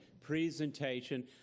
presentation